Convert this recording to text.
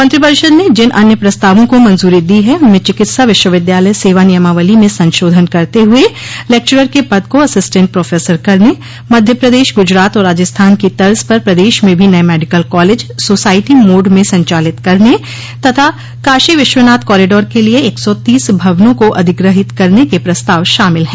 मंत्रिपरिषद न जिन अन्य प्रस्तावों को मंजूरी दी है उनमें चिकित्सा विश्वविद्यालय सेवा नियमावली में संशोधन करते हुए लेक्चरर के पद को अस्सिटेंट प्रोफेसर करने मध्य प्रदेश गुजरात और राजस्थान की तर्ज पर प्रदेश में भी नये मेडिकल कॉलेज सोसायटी मोड में संचालित करने तथा काशी विश्वनाथ कॉरिडोर के लिए एक सा तीस भवनों को अधिग्रहीत करने के प्रस्ताव शामिल हैं